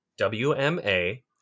wma